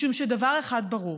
משום שדבר אחד ברור: